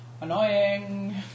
Annoying